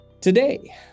Today